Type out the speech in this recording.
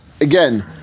again